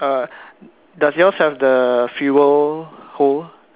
uh does yours have the fuel hole